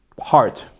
hard